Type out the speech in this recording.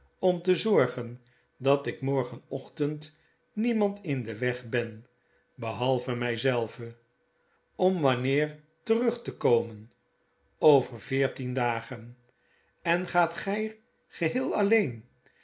om te zorgen dat ik morgenochtend niemand in den weg ben behalve my zelven om wanneer terug te komen over veertien dagen en gaat gy geheel alleen